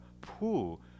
pool